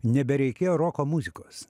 nebereikėjo roko muzikos